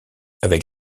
avec